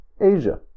Asia